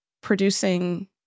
producing